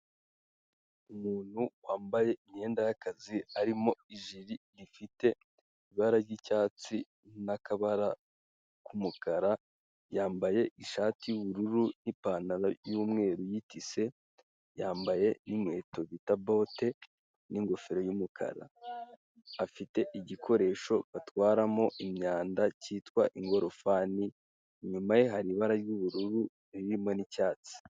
Umuntu wambaye imyenda y'akazi harimo ijiri ifite ibara ry'icyatsi n'akabara k'umukara, yambaye ishati y'ubururu n'ipantaro y'umweru y'itise, yambaye n'inkweto bita bote n'ingofero y'umukara, afite igikoresho batwaramo imyanda cyitwa ingorofani, inyuma ye hari ibara ry'ubururu ririmo n'icyatsi.